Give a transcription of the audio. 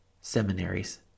seminaries